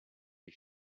les